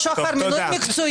מציע